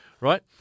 Right